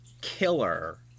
killer